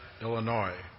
Illinois